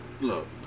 look